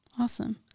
Awesome